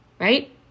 right